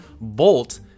bolt